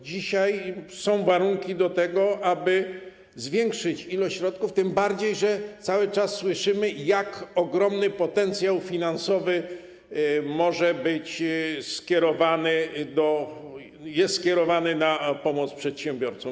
Dzisiaj są warunki do tego, aby zwiększyć ilość środków, tym bardziej że cały czas słyszymy, jak ogromny potencjał finansowy może być skierowany, jest skierowany na pomoc przedsiębiorcom.